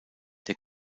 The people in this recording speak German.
der